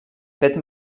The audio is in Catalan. fet